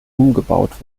umgebaut